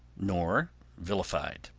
nor vilified.